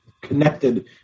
connected